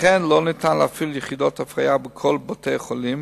לכן לא ניתן להפעיל יחידות הפריה בכל בתי-החולים,